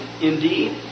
Indeed